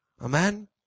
Amen